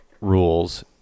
rules